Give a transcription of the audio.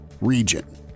region